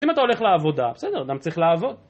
אם אתה הולך לעבודה, בסדר, אדם צריך לעבוד.